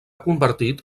convertit